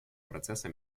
процесса